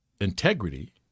integrity